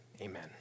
Amen